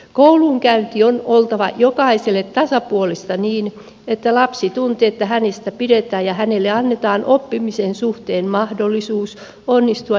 koulunkäynnin on oltava jokaiselle tasapuolista niin että lapsi tuntee että hänestä pidetään ja hänelle annetaan oppimisen suhteen mahdollisuus onnistua jokaisella luokalla